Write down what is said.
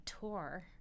tour